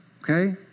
okay